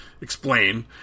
explain